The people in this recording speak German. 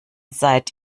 seit